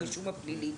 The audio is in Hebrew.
הרישום הפלילי,